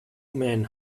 men